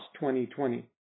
2020